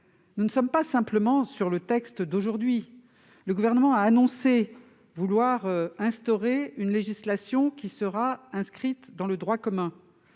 : il ne s'agit pas simplement du texte examiné aujourd'hui, le Gouvernement ayant annoncé vouloir instaurer une législation qui sera inscrite dans le droit commun.